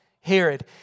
Herod